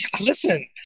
listen